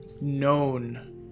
known